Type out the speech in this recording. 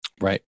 Right